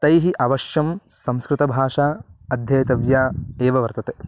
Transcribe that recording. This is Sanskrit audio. तैः अवश्यं संस्कृतभाषा अध्येतव्या एव वर्तते